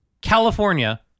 California